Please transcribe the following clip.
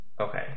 Okay